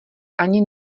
ani